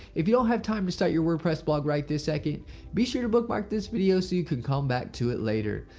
if you don't have time to start your wordpress blog right this second be sure to bookmark this video so you can come back to it later.